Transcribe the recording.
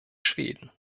schweden